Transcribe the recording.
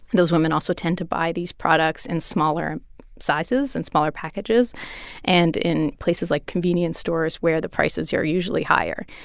those women also tend to buy these products in smaller sizes and smaller packages and in places like convenience stores, where the prices yeah are usually higher.